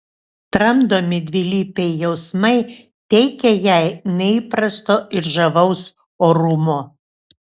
tramdomi dvilypiai jausmai teikia jai neįprasto ir žavaus orumo